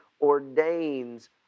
ordains